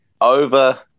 Over